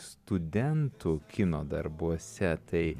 studentų kino darbuose tai